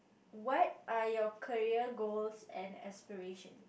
what are your career goals and aspiration